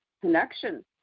connection